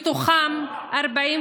זה נורא,